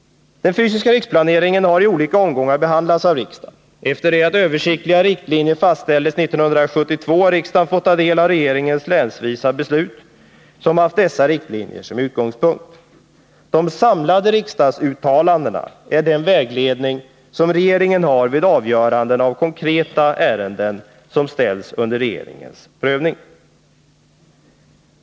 Den fysiska riksplaneringen har i olika omgångar behandlats av riksdagen. Nr 145 Efter det att översiktliga riktlinjer fastställdes 1972 har riksdagen fått ta del Onsdagen den av regeringens länsvisa beslut, som haft dessa riktlinjer som utgångspunkt. 20 maj 1981 De samlade riksdagsuttalandena är den vägledning som regeringen har vid de avgöranden av konkreta ärenden som ställs under regeringens prövning.